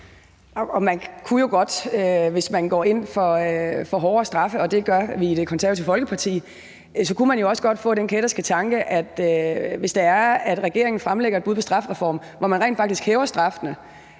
hvis man går ind for hårdere straffe, og det gør vi i Det Konservative Folkeparti, få den kætterske tanke, at hvis regeringen fremlægger et bud på en strafreform, hvor man rent faktisk hæver straffene,